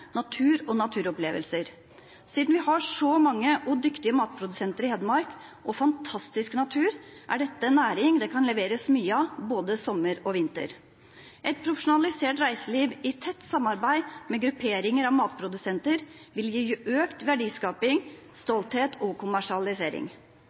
natur og naturopplevelser. Siden vi har så mange og dyktige matprodusenter i Hedmark og fantastisk natur, er dette en næring det kan leveres mye av både sommer og vinter. Et profesjonalisert reiseliv i tett samarbeid med grupperinger av matprodusenter vil gi økt verdiskaping,